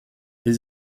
les